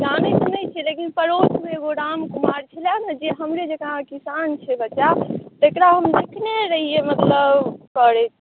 जानै तऽ नै छियै लेकिन पड़ोस मे एगो रामकुमार छलए जे हमरे जकां किसान के बच्चा तेकरा हम देखने रहियै मतलब साॅरी